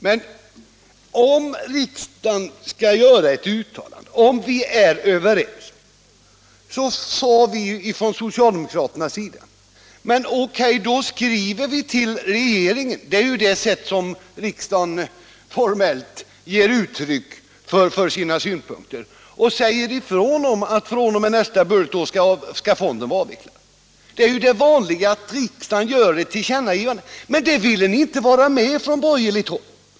16 mars 1977 Men om vi är överens, då skall vi väl skriva till regeringen - det är I ju riksdagens sätt att formellt tillkännage sina synpunkter — att fonden — Vägverkets förrådsfr.o.m. nästa budgetår skall vara avvecklad. Men när vi socialdemokrater — fond föreslog det ville ni på borgerligt håll inte vara med om det.